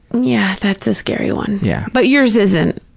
yeah, that's a scary one. yeah. but yours isn't.